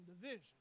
division